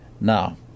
Now